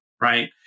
right